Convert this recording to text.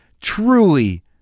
truly